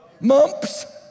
Mumps